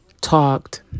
talked